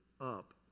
up